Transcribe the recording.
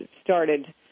started